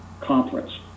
conference